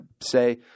say